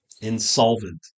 Insolvent